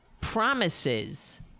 promises